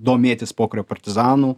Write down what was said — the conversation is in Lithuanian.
domėtis pokario partizanų